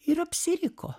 ir apsiriko